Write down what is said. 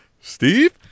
Steve